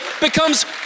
becomes